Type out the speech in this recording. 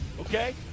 okay